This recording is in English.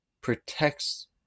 protects